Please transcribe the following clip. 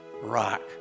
rock